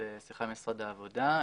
שיחה עם משרד העבודה,